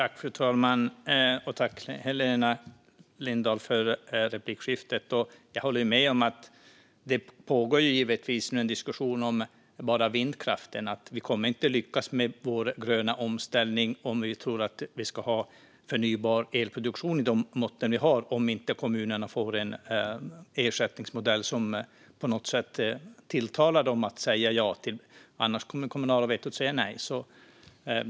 Fru talman! Tack, Helena Lindahl, för replikskiftet! Det pågår givetvis en diskussion om vindkraften. Vi kommer inte att lyckas med vår gröna omställning om vi tror att vi ska ha förnybar elproduktion i de mått vi har om inte kommunerna får en ersättningsmodell som på något sätt tilltalar dem så att de säger ja - annars kommer det kommunala vetot att säga nej.